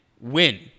win